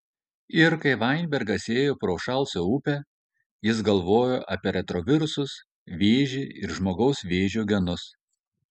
ir kai vainbergas ėjo pro užšalusią upę jis galvojo apie retrovirusus vėžį ir žmogaus vėžio genus